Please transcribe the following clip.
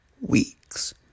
weeks